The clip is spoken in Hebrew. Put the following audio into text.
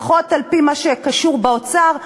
לפחות על-פי מה שקשור באוצר,